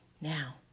now